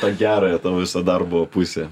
tą gerąją to viso darbo pusę